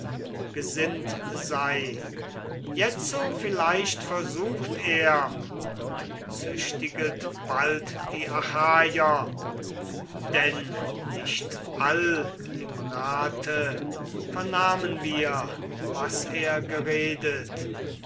gesinnt sei jetzo vielleicht versucht er und züchtiget bald die achaier denn nicht all im rate vernahmen wir was er geredet